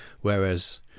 whereas